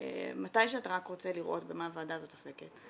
מתי שאתה רק רוצה לראות במה הוועדה הזאת עוסקת,